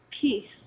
peace